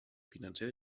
financer